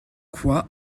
quoi